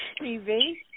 TV